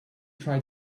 try